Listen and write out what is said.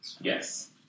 Yes